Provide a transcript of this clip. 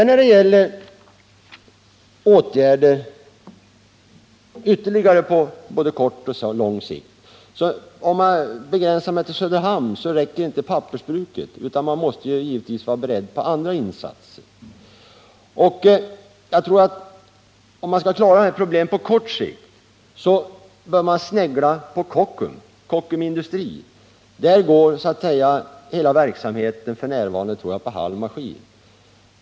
När det gäller ytterligare åtgärder på både kort och lång sikt — jag begränsar mig till Söderhamn — räcker inte pappersbruket, utan man måste givetvis vara beredd på andra insatser. Jag tror att om man skall klara problemen på kort sikt bör man snegla på Kockums Industri AB. Där går f. n. hela verksamheten, tror jag, för halv maskin.